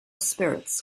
spirits